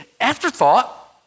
afterthought